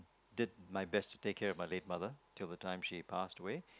did my best to take care of my late mother till the time she passed away